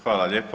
Hvala lijepo.